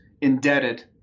indebted